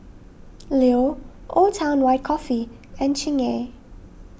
Leo Old Town White Coffee and Chingay